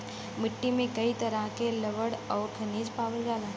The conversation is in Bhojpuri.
मट्टी में कई तरह के लवण आउर खनिज पावल जाला